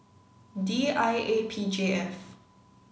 D I A P J F